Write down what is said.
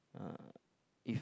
uh if